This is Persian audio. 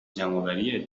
جمعآوری